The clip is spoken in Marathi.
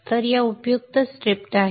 तर या उपयुक्त स्क्रिप्ट आहेत